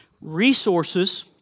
Resources